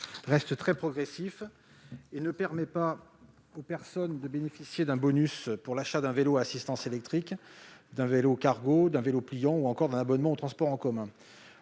reste très progressif et ne permet pas aux personnes de bénéficier d'un bonus pour l'achat d'un vélo à assistance électrique, d'un vélo cargo, d'un vélo pliant ou encore d'un abonnement aux transports en commun.